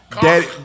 daddy